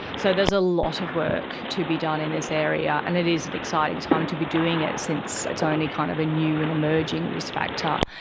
so there's a lot of work to be done in this area and it is an exciting time to be doing it since it's only kind of a new and emerging risk factor.